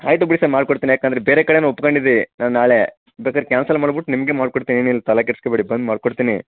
ಆಯ್ತು ಬಿಡಿ ಸರ್ ಮಾಡ್ಕೊಡ್ತೀನಿ ಏಕೆಂದ್ರೆ ಬೇರೆ ಕಡೆಯೂ ಒಪ್ಕೊಂಡಿದ್ದೆ ನಾನು ನಾಳೆ ಬೇಕಾದ್ರೆ ಕ್ಯಾನ್ಸಲ್ ಮಾಡ್ಬಿಟ್ಟು ನಿಮಗೆ ಮಾಡ್ಕೊಡ್ತೀನಿ ಏನಿಲ್ಲ ತಲೆ ಕೆಡ್ಸ್ಕೊಳ್ಬೇಡಿ ಬಂದು ಮಾಡ್ಕೊಡ್ತೀನಿ